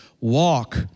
walk